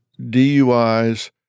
DUIs